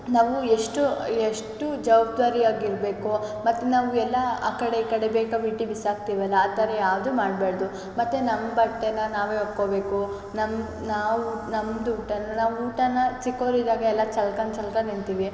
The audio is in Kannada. ನಾವು ಎಷ್ಟು ಎಷ್ಟು ಜವಾಬ್ದಾರಿ ಆಗಿರಬೇಕು ಮತ್ತು ನಾವು ಎಲ್ಲ ಆ ಕಡೆ ಈ ಕಡೆ ಬೇಕಾಬಿಟ್ಟಿ ಬಿಸಾಕ್ತೀವಲ್ಲ ಆ ಥರ ಯಾವುದೂ ಮಾಡ್ಬಾರ್ದು ಮತ್ತು ನಮ್ಮ ಬಟ್ಟೇ ನಾವೇ ಒಕ್ಕೊಬೇಕು ನಮ್ಮ ನಾವು ನಮ್ದು ಊಟನ ನಾವು ಊಟನ ಚಿಕ್ಕವ್ರು ಇದ್ದಾಗ ಎಲ್ಲ ಚೆಲ್ಕಂಡ್ ಚೆಲ್ಕಂಡ್ ತಿಂತೀವಿ